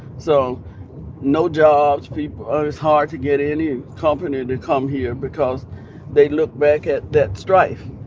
so no jobs, people it's hard to get any company to come here because they look back at that strife